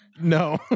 no